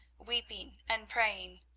weeping and praying.